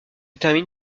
termine